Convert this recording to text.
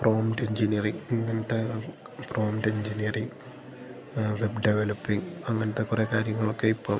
prompt engineering ഇങ്ങനത്തെ ആ prompt engineering web developing അങ്ങനത്തെ കുറേ കാര്യങ്ങളൊക്കെ ഇപ്പം